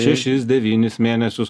šešis devynis mėnesius